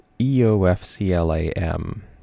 E-O-F-C-L-A-M